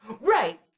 Right